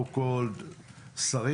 שרים,